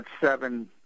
seven